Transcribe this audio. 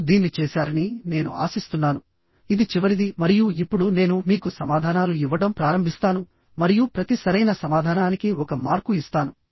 మీరు దీన్ని చేశారని నేను ఆశిస్తున్నాను ఇది చివరిది మరియు ఇప్పుడు నేను మీకు సమాధానాలు ఇవ్వడం ప్రారంభిస్తాను మరియు ప్రతి సరైన సమాధానానికి ఒక మార్కు ఇస్తాను